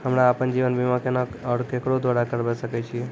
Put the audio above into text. हमरा आपन जीवन बीमा केना और केकरो द्वारा करबै सकै छिये?